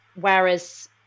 whereas